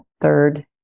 third